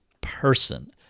person